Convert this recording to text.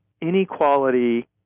inequality